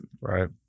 right